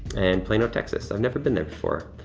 and plano, texas. i've never been there before.